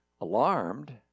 Alarmed